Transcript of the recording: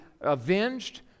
avenged